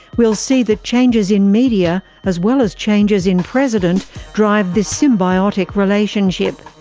we'll see that changes in media as well as changes in president drive this symbiotic relationship.